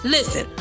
Listen